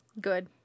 Good